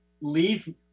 leave